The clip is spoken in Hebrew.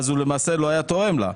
למעשה הוא לא היה תורם לה.